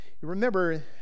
Remember